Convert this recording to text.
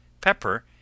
pepper